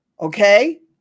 okay